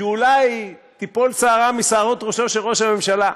שאולי תיפול שערה משערות ראשו של ראש הממשלה.